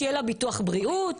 שיהיה לה ביטוח בריאות,